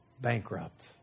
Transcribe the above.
bankrupt